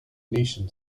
nation